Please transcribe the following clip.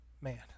man